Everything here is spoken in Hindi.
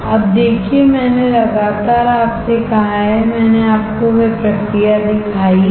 अब देखिए मैंने लगातार आपसे कहा है मैंने आपको वह प्रक्रिया दिखाई है